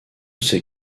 ses